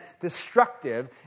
destructive